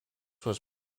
was